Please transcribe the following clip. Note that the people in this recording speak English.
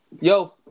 Yo